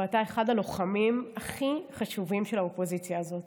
ואתה אחד הלוחמים הכי חשובים של האופוזיציה הזאת.